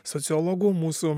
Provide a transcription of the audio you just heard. sociologų mūsų